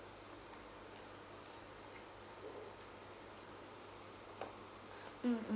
mm mm